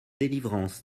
delivrance